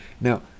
Now